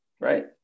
right